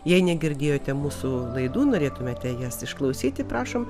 jei negirdėjote mūsų laidų norėtumėte jas išklausyti prašom